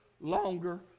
longer